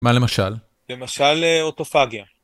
‫מה למשל? ‫-למשל אוטופגיה.